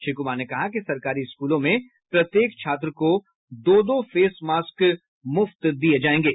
श्री कुमार ने कहा कि सरकारी स्कूलों में प्रत्येक छात्र को दो दो फेस मास्क मुफ्त दिये जाएंगे